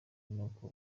nuko